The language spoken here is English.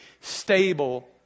stable